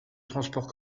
transport